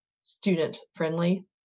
student-friendly